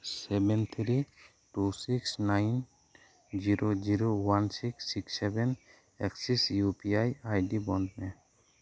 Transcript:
seven three two six nine zero zero one six six seven ᱮᱠᱥᱤᱥ U P I I D ᱵᱚᱸᱫᱽ ᱢᱮ